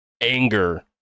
anger